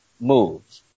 moves